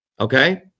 Okay